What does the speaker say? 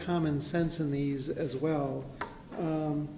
common sense in these as well